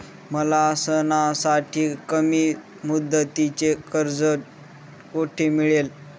मला सणासाठी कमी मुदतीचे कर्ज कोठे मिळेल?